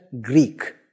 Greek